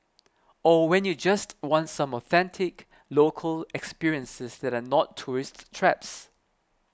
or when you just want some authentic local experiences that are not tourist traps